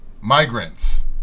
migrants